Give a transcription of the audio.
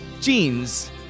jeans